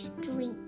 Street